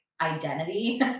identity